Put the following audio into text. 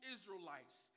Israelites